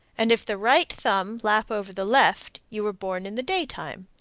and if the right thumb lap over the left you were born in the daytime.